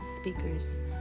speakers